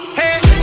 hey